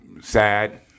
Sad